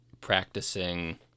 practicing